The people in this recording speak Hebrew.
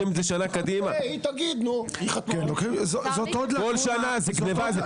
כל שנה, זה גנבה.